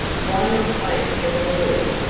why not wait for the boys?